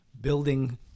building